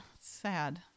sad